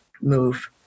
move